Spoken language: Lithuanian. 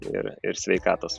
ir ir sveikatos